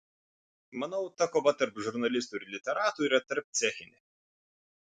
manau ta kova tarp žurnalistų ir literatų yra tarpcechinė